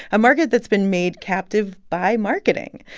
a market that's been made captive by marketing.